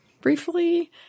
briefly